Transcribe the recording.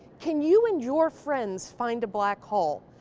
can you and your friends find a black hole?